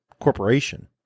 corporation